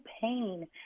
pain